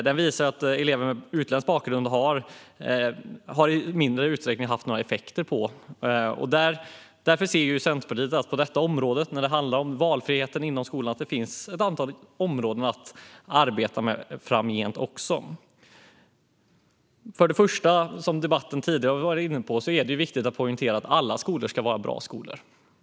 Den visar att den i mindre utsträckning haft några effekter för elever med utländsk bakgrund. Centerpartiet ser därför när det gäller valfriheten inom skolan att det finns ett antal områden att arbeta med framgent. Det är för det första viktigt att poängtera, som vi tidigare varit inne på i debatten, att alla skolor ska vara bra skolor.